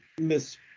miss